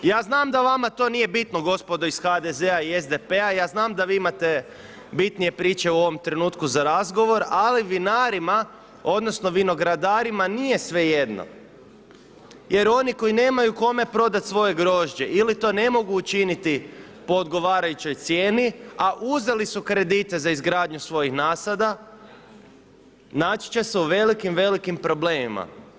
Ja znam da vama to nije bitno gospodo iz HDZ-a i SDP-a, ja znam da vi imate bitnije priče u ovom trenutku za razgovor, ali vinarima, odnosno vinogradarima nije svejedno jer oni koji nemaju kome prodat svoje grožđe ili to ne mogu učiniti po odgovarajućoj cijeni, a uzeli su kredite za izgradnju svojih nasada naći će se u velikim problemima.